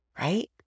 right